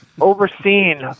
overseen